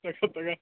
ತಗೋ ತಗೋ